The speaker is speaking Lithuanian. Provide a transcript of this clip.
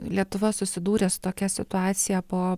lietuva susidūrė su tokia situacija po